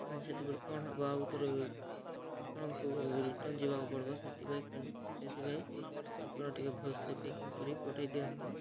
ସେତେବେଳେ କ'ଣ ହେବ ଆଉଥରେ ଆପଣଙ୍କୁ ରିଟର୍ଣ୍ଣ ଯିବାକୁ ପଡ଼ିବ ସେଥିପାଇଁ ସେଥିପାଇଁ ଆପଣ ଟିକେ ଭଲରେ ପ୍ୟାକିଂ କରି ପଠାଇ ଦିଅନ୍ତୁ